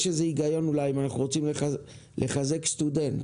יש לזה הגיון אולי אם אנחנו רוצים לחזק סטודנט,